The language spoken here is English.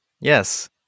Yes